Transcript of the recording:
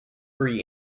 free